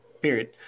Period